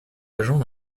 agent